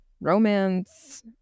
romance